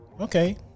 okay